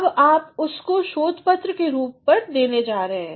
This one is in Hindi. अब आप उसको शोध पत्र का रूप देने जा रहे हैं